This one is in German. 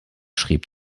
schrieb